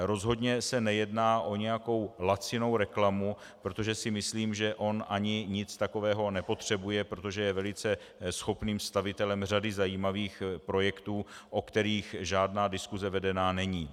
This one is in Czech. Rozhodně se nejedná o nějakou lacinou reklamu, protože si myslím, že on ani nic takového nepotřebuje, protože je velice schopným stavitelem řady zajímavých projektů, o kterých žádná diskuse vedena není.